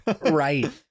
Right